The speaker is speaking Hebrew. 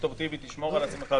ד"ר טיבי תשמור על עצמך,